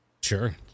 sure